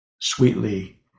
sweetly